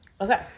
Okay